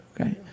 Okay